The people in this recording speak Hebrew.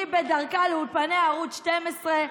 היא בדרכה לאולפני ערוץ 12,